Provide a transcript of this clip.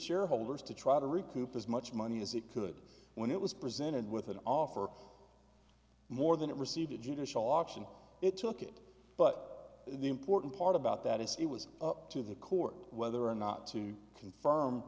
shareholders to try to recoup as much money as it could when it was presented with an offer more than it received a judicial option it took it but the important part about that is it was up to the court whether or not to confirm